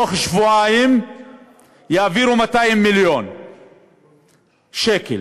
בתוך שבועיים יעבירו 200 מיליון שקל.